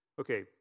Okay